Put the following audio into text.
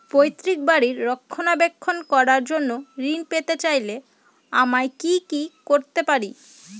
পৈত্রিক বাড়ির রক্ষণাবেক্ষণ করার জন্য ঋণ পেতে চাইলে আমায় কি কী করতে পারি?